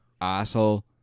asshole